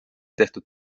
tehtud